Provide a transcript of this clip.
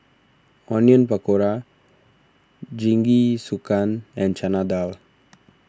Onion Pakora Jingisukan and Chana Dal